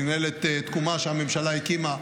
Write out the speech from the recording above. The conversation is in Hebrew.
מינהלת תקומה שהממשלה הקימה,